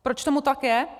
Proč tomu tak je?